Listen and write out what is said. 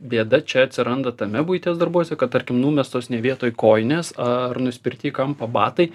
bėda čia atsiranda tame buities darbuose kad tarkim numestos ne vietoj kojinės ar nusipirkti į kampą batai